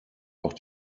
auch